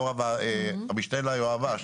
המשנה ליועמ"ש.